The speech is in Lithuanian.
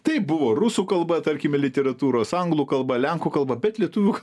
taip buvo rusų kalba tarkime literatūros anglų kalba lenkų kalba bet lietuvių